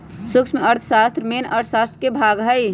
सूक्ष्म अर्थशास्त्र मेन अर्थशास्त्र के भाग हई